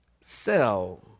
sell